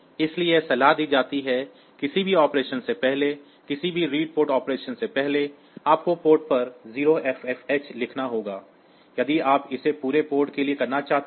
इसलिए यह सलाह दी जाती है कि किसी भी ऑपरेशन से पहले किसी भी रीड पोर्ट ऑपरेशन से पहले आपको पोर्ट पर 0FFH लिखना होगा यदि आप इसे पूरे पोर्ट के लिए करना चाहते हैं